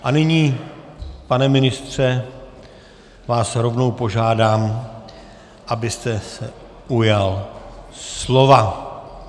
A nyní, pane ministře, vás rovnou požádám, abyste se ujal slova.